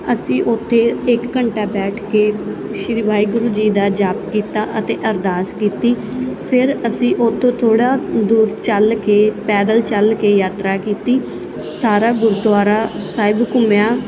ਅਸੀਂ ਉਥੇ ਇਕ ਘੰਟਾ ਬੈਠ ਕੇ ਸ਼੍ਰੀ ਵਾਹਿਗੁਰੂ ਜੀ ਦਾ ਜਾਪ ਕੀਤਾ ਅਤੇ ਅਰਦਾਸ ਕੀਤੀ ਫਿਰ ਅਸੀਂ ਉਹ ਤੋਂ ਥੋੜਾ ਦੂਰ ਚੱਲ ਕੇ ਪੈਦਲ ਚੱਲ ਕੇ ਯਾਤਰਾ ਕੀਤੀ ਸਾਰਾ ਗੁਰਦੁਆਰਾ ਸਾਹਿਬ ਘੁੰਮਿਆ